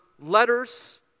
letters